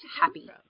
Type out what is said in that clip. happy